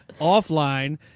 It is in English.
offline